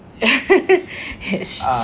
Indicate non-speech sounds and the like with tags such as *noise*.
*laughs* ya